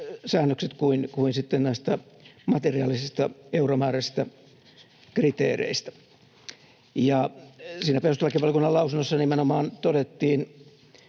näistä materiaalisista euromääräisistä kriteereistä. Ja siinä perustuslakivaliokunnan lausunnossa nimenomaan todettiin